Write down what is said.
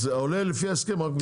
אז עולה לפי ההסכם רק ב-9%.